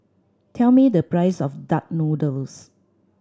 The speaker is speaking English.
tell me the price of duck noodle